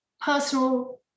personal